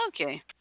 Okay